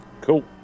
Cool